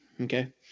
Okay